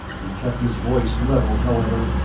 he kept his voice level however,